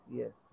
yes